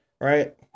right